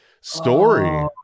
story